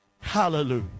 Hallelujah